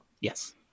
Yes